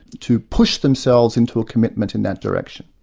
to push themselves into a commitment in that direction.